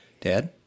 Dad